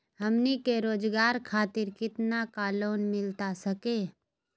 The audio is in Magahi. हमनी के रोगजागर खातिर कितना का लोन मिलता सके?